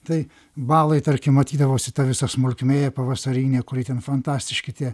tai baloj tarkim matydavosi ta visa smulkmė pavasarinė kuri ten fantastiški tie